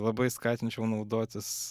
labai skatinčiau naudotis